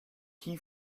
key